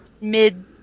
mid